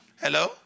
Hello